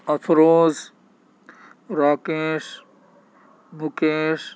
Afroz Rakesh Mukesh